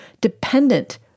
dependent